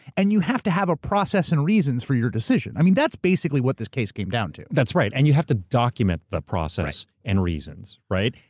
and you have to have a process and reasons for your decision. that's basically what this case came down to. that's right, and you have to document the process and reasons. right?